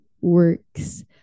works